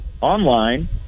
online